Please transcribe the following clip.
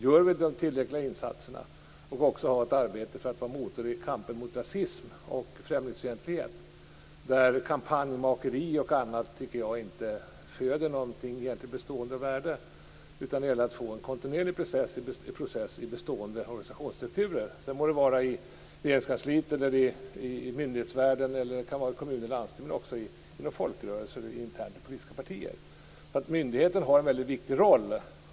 Gör vi tillräckliga insatser? Den skall också vara motor i kampen mot rasism och främlingsfientlighet. Jag tycker inte att kampanjmakeri och annat ger något av bestående värde. Det gäller att få en kontinuerlig process i bestående organisationsstrukturer. Sedan må det vara i Regeringskansliet, i myndighetsvärlden, i kommuner och landsting, inom folkrörelser eller internt i politiska partier. Myndigheter har en mycket viktig roll.